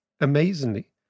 amazingly